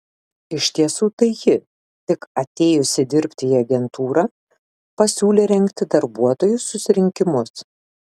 iš tiesų tai ji tik atėjusi dirbti į agentūrą pasiūlė rengti darbuotojų susirinkimus